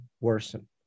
worsen